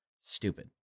Stupid